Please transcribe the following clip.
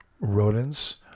rodents